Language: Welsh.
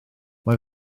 mae